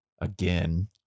again